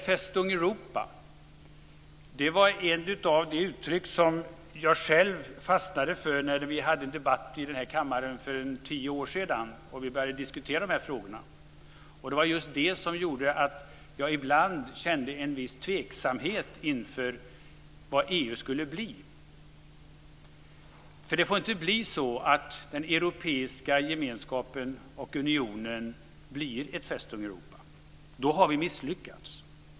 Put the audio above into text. Festung Europa var ett av de uttryck som jag själv fastnade för när vi hade debatt här i kammaren för tio år sedan när vi började diskutera dessa frågor. Det var just det som gjorde att jag ibland kände en viss tveksamhet inför vad EU skulle bli. Det får inte bli så att den europeiska gemenskapen och unionen blir ett Festung Europa. Då har vi misslyckats.